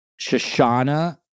Shoshana